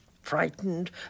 frightened